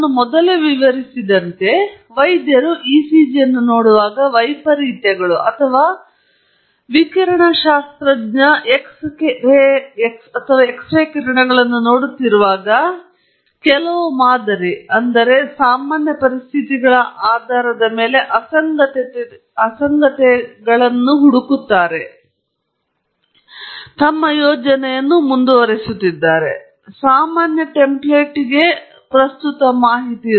ನಾನು ಮೊದಲೇ ವಿವರಿಸಿದಂತೆ ವೈದ್ಯರು ಇಸಿಜಿಯನ್ನು ನೋಡುವಾಗ ವೈಪರೀತ್ಯಗಳು ಅಥವಾ ವಿಕಿರಣಶಾಸ್ತ್ರಜ್ಞ ಎಕ್ಸ್ ಕಿರಣವನ್ನು ನೋಡುತ್ತಿರುವಾಗ ಕೆಲವು ಮಾದರಿಯ ಅಥವಾ ಸಾಮಾನ್ಯ ಪರಿಸ್ಥಿತಿಗಳ ಮನಸ್ಸಿನ ಮನಸ್ಸಿನ ಆಧಾರದ ಮೇಲೆ ಅಸಂಗತತೆಗಳನ್ನು ಹುಡುಕುತ್ತಿರುವಾಗ ಯೋಜನೆಯನ್ನು ಮುಂದುವರೆಸುತ್ತಿದ್ದಾರೆ ಸಾಮಾನ್ಯ ಟೆಂಪ್ಲೆಟ್ಗೆ ಪ್ರಸ್ತುತ ಮಾಹಿತಿ